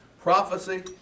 prophecy